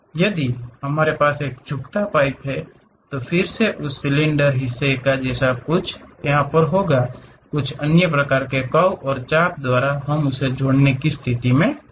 यदि हमारे पास एक झुकता पाइप है तो फिर से उस सिलेंडर हिस्से का कुछ हिस्सा कुछ अन्य प्रकार के कर्व और चाप द्वारा हम इसे जोड़ने की स्थिति में होंगे